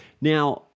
Now